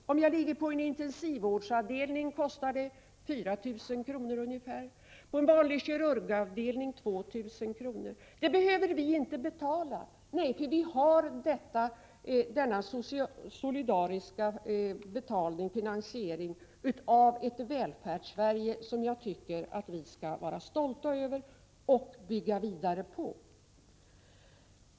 Om jag ligger på en intensivvårdsavdelning kostar det 4 000 kr. ungefär och på en vanlig kirurgavdelning 2 000 kr. Det behöver vi inte betala, ty vi har denna solidariska finansiering i ett Välfärdssverige, som jag tycker att vi skall vara stolta över och bygga vidare på.